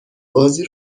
بازی